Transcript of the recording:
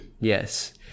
Yes